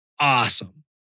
awesome